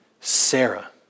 Sarah